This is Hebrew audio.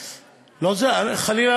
חלילה,